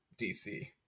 DC